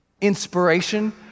inspiration